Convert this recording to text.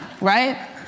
Right